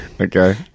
Okay